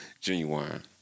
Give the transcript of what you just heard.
Genuine